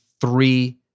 three